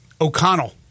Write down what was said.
O'Connell